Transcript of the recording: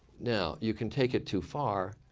now you can take it too far.